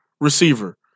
receiver